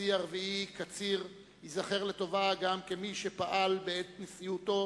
הנשיא הרביעי קציר ייזכר לטובה גם כמי שפעל בעת נשיאותו